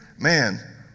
man